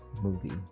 movie